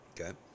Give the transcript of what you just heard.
okay